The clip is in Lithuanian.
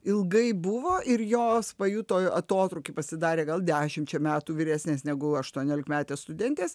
ilgai buvo ir jos pajuto atotrūkį pasidarė gal dešimčia metų vyresnės negu aštuoniolikmetės studentės